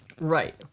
Right